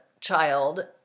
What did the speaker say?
child